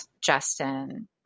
Justin